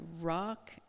rock